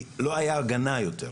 כי לא היתה הגנה יותר.